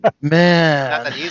Man